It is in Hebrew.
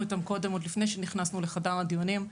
איתם קודם עוד לפני שנכנסנו לחדר הדיונים.